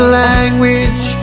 language